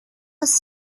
was